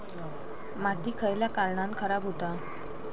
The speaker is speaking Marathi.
माती खयल्या कारणान खराब हुता?